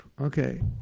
Okay